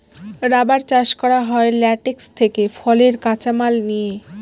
rubber চাষ করা হয় ল্যাটেক্স থেকে ফলের কাঁচা মাল নিয়ে